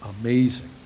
Amazing